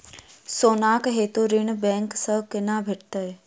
सोनाक हेतु ऋण बैंक सँ केना भेटत?